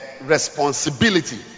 responsibility